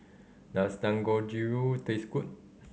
does Dangojiru taste good